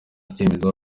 icyemezo